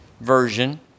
version